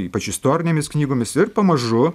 ypač istorinėmis knygomis ir pamažu